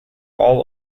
all